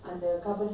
பெருசா:perusa